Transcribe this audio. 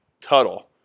Tuttle